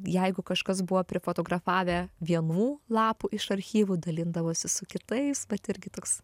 jeigu kažkas buvo prifotografavę vienų lapų iš archyvų dalindavosi su kitais vat irgi toks